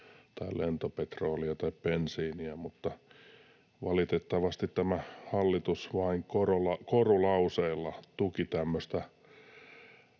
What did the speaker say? tai lentopetrolia tai bensiiniä, mutta valitettavasti tämä hallitus vain korulauseilla tuki tämmöistä,